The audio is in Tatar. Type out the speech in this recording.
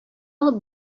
алып